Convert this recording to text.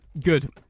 Good